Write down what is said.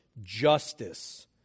justice